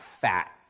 fat